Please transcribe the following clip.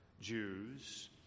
Jews